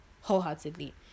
wholeheartedly